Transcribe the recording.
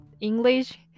English